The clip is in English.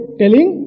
telling